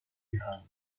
behind